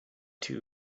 too